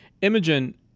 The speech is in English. Imogen